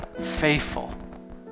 faithful